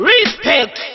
Respect